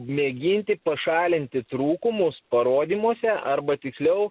mėginti pašalinti trūkumus parodymuose arba tiksliau